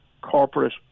corporate